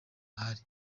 ahari